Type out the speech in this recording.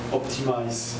optimize